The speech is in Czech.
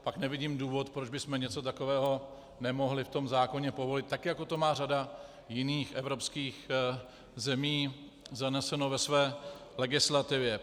Pak nevidím důvod, proč bychom něco takového nemohli v tom zákoně povolit, tak jako to má řada jiných evropských zemí zaneseno ve své legislativě.